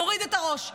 נוריד את הראש.